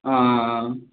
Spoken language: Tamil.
ஆ ஆ ஆ ஆ